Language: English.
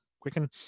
Quicken